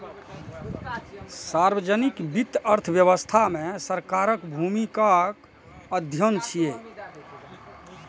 सार्वजनिक वित्त अर्थव्यवस्था मे सरकारक भूमिकाक अध्ययन छियै